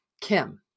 Kim